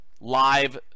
live